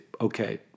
okay